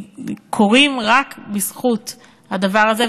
והיא קורית רק בזכות הדבר הזה,